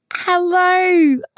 Hello